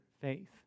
faith